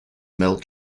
mel